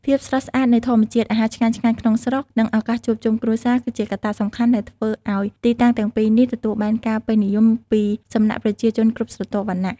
ភាពស្រស់ស្អាតនៃធម្មជាតិ អាហារឆ្ងាញ់ៗក្នុងស្រុក និងឱកាសជួបជុំគ្រួសារ គឺជាកត្តាសំខាន់ដែលធ្វើឲ្យទីតាំងទាំងពីរនេះទទួលបានការពេញនិយមពីសំណាក់ប្រជាជនគ្រប់ស្រទាប់វណ្ណៈ។